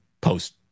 post